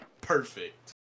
perfect